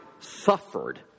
suffered